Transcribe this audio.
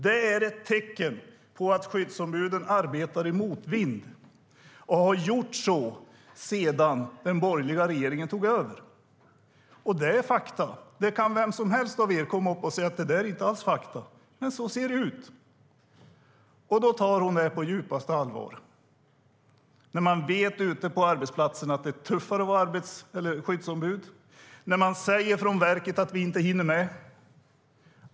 Det är ett tecken på att skyddsombuden arbetar i motvind och har gjort så sedan den borgerliga regeringen tog över. Detta är fakta. Vem som helst av er kan förstås påstå något annat, men det är på detta sätt det ser ut. Detta tar alltså ministern på djupaste allvar. Ute på arbetsplatserna vet man att det är tuffare att vara skyddsombud. Verket säger att man inte hinner med.